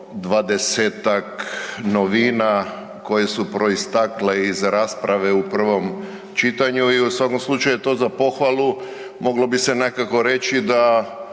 donio 20-tak novina koje su proistakle iz rasprave u prvom čitanju i u svakom slučaju je to za pohvalu, moglo bi se nekako reći da